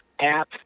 app